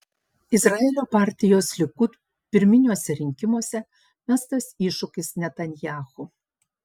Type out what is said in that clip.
izraelio partijos likud pirminiuose rinkimuose mestas iššūkis netanyahu